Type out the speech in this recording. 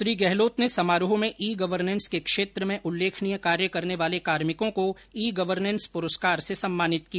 श्री गहलोत ने समारोह में ई गवर्नें स के क्षेत्र में उल्लेखनीय कार्य करने वाले कार्मिकों को ई गवर्ने स पुरस्कार से सम्मानित किया